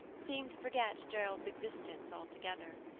seemed to forget gerald's existence altogether.